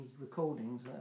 recordings